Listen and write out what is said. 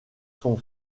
son